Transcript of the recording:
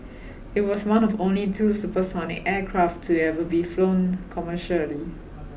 it was one of only two supersonic aircraft to ever be flown commercially